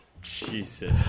Jesus